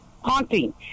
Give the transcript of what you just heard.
haunting